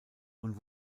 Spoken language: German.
und